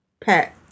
pet